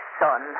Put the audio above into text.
son